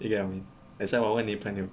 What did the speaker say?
you get what I mean that's why 我问你朋友